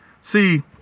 See